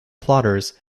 plotters